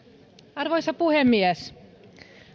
arvoisa puhemies